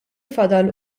fadal